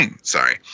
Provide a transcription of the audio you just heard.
Sorry